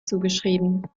zugeschrieben